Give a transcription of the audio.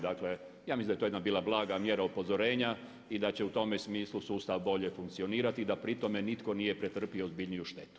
Dakle ja mislim da je to bila jedna blaga mjera upozorenja i da će u tome smislu sustav bolje funkcionirati da pri tome nitko nije pretrpio ozbiljniju štetu.